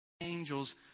angels